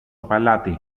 παλάτι